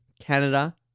Canada